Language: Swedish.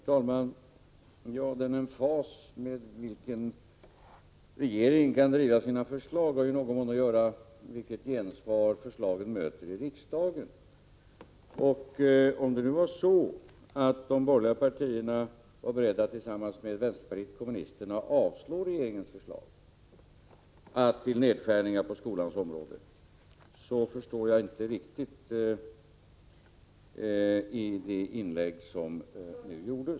Herr talman! Den emfas med vilken regeringen kan driva sina förslag har i någon mån att göra med vilket gensvar förslagen möter i riksdagen. Om de borgerliga partierna, tillsammans med vpk, var beredda att avslå regeringens förslag till nedskärningar på skolans område, förstår jag inte riktigt det inlägg som nu gjordes.